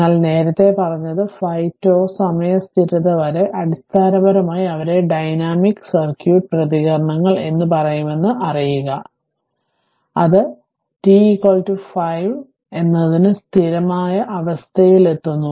എന്നാൽ നേരത്തെ പറഞ്ഞത് 5 τ സമയ സ്ഥിരത വരെ അടിസ്ഥാനപരമായി അവയെ ഡൈനാമിക് സർക്യൂട്ട് പ്രതികരണങ്ങൾ എന്ന് പറയുമെന്ന് അറിയുക അത് t 5 എന്നതിന് സ്ഥിരമായ അവസ്ഥയിലെത്തുന്നു